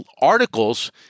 articles